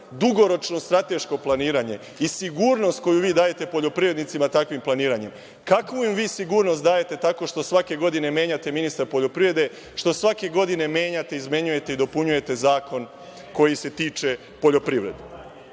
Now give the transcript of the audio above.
dugoročno strateško planiranje i sigurnost koju vi dajete poljoprivrednicima takvim planiranjem. Kakvu im vi sigurnost dajete tako što svake godine menjate ministra poljoprivrede, što svake godine menjate, izmenjujete i dopunjujete zakon koji se tiče poljoprivrede? Ono